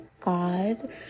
God